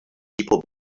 people